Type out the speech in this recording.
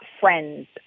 friends